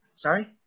sorry